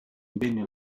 impegna